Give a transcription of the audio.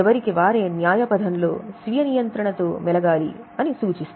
ఎవరికి వారే న్యాయ పధంలో స్వీయ నియంత్రణ తో మెలగాలి అని భావిస్తారు